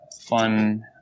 fun